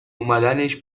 اومدنش